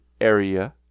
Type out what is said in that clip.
area